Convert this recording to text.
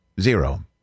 Zero